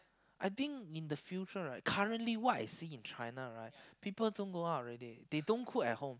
I think in the future right currently what I see in China right people don't go out already they don't cook at home